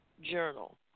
Journal